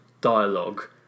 dialogue